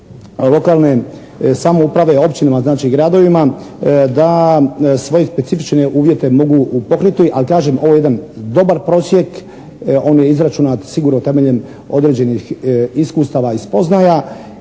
lokalne samoprave, općinama, znači i gradovima da svoje specifične uvjete mogu … /Govornik se ne razumije./ … ali kažem ovo je jedan dobar prosjek. On je izračunat sigurno temeljem određenih iskustava i spoznaja